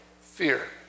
fear